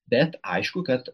bet aišku kad